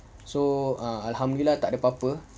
so uh alhamdulillah tak ada apa-apa